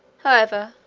however,